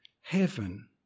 Heaven